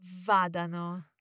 Vadano